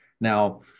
Now